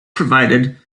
provided